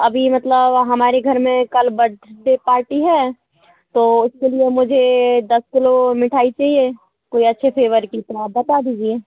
अभी मतलब हमारे घर में कल बर्थडे पार्टी है तो उसके लिए मुझे दस किलो मिठाई चाहिए कोई अच्छे फेवर की तो आप बता दीजिए